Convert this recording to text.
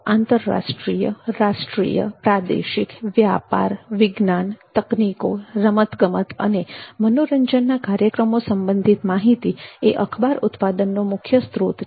આંતરરાષ્ટ્રીય રાષ્ટ્રીય પ્રાદેશિક વ્યાપાર વિજ્ઞાન તકનીકો રમતગમત અને મનોરંજનના કાર્યક્રમો સંબંધિત માહિતી એ અખબાર ઉત્પાદનનો મુખ્ય સ્ત્રોત છે